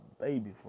baby